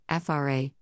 FRA